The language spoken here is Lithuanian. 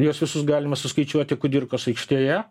juos visus galima suskaičiuoti kudirkos aikštėje